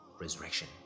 resurrection